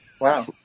Wow